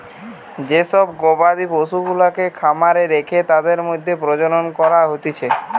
যে সব গবাদি পশুগুলাকে খামারে রেখে তাদের মধ্যে প্রজনন করা হতিছে